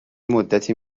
مدتی